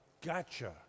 gotcha